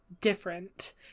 different